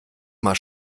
mal